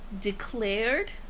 declared